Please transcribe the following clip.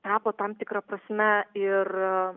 tapo tam tikra prasme ir